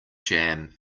jam